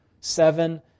seven